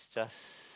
just